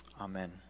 Amen